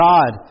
God